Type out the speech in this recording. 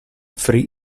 free